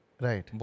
Right